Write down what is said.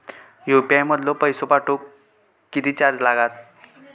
UPI मधलो पैसो पाठवुक किती चार्ज लागात?